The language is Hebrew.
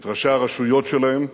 את ראשי הרשויות שלהם.